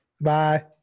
Bye